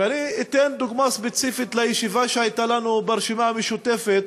ואני אתן דוגמה ספציפית של ישיבה שהייתה לנו ברשימה המשותפת